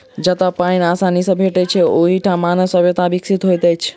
जतअ पाइन आसानी सॅ भेटैत छै, ओहि ठाम मानव सभ्यता विकसित होइत अछि